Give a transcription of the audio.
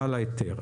בעל ההיתר.